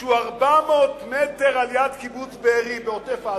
שהוא 400 מטר על-יד קיבוץ בארי בעוטף-עזה.